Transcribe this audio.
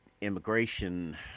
immigration